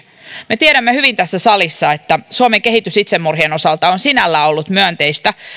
me tiedämme hyvin tässä salissa että suomen kehitys itsemurhien osalta on sinällään ollut myönteistä